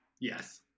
Yes